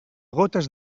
gotes